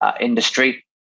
industry